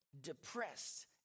depressed